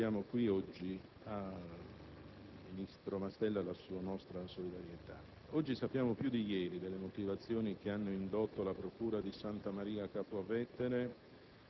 Contemporaneamente, abbiamo apprezzato l'atto del ministro Mastella compiuto ieri alla Camera dei deputati e abbiamo dato al ministro